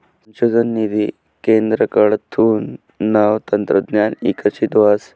संशोधन निधी केंद्रकडथून नवं तंत्रज्ञान इकशीत व्हस